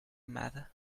matter